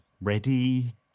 ready